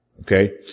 okay